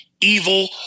evil